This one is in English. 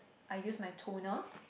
I use my toner